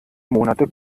monate